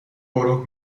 گروه